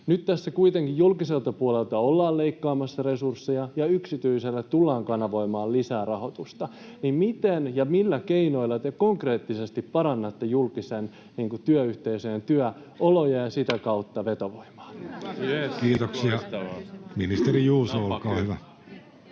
nyt tässä kuitenkin julkiselta puolelta ollaan leikkaamassa resursseja ja yksityiselle tullaan kanavoimaan lisää rahoitusta, niin miten ja millä keinoilla te konkreettisesti parannatte julkisen puolen työyhteisöä ja työoloja ja sitä kautta vetovoimaa? Kiitoksia. — Ministeri Juuso, olkaa hyvä.